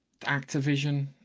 Activision